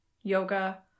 yoga